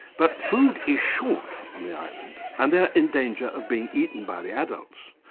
but food is short on the island and they're in danger of being eaten by the adults.